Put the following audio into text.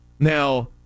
Now